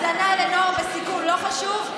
הזנה לנוער בסיכון זה לא חשוב?